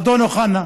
אדון אוחנה.